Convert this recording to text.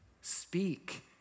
Speak